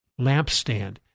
lampstand